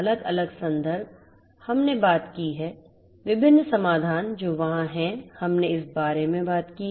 अलग अलग संदर्भ हमने बात की है विभिन्न समाधान जो वहां हैं हमने इस बारे में बात की है